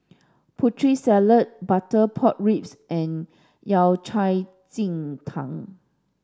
putri salad butter pork ribs and Yao Cai Ji Tang